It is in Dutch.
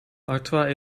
artois